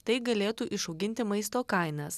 tai galėtų išauginti maisto kainas